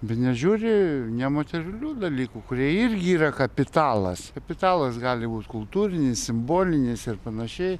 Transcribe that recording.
bet nežiūri nematerialių dalykų kurie irgi yra kapitalas kapitalas gali būt kultūrinis simbolinis ir panašiai